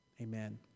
Amen